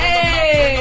Hey